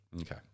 Okay